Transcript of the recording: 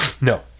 No